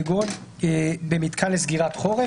כגון במיתקן לסגירת חורף".